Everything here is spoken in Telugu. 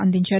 అందించారు